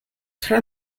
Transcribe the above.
tre